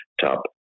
top